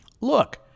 look